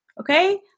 Okay